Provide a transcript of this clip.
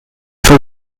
für